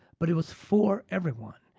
but it was for everyone.